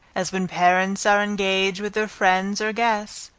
as when parents are engaged with their friends or guests,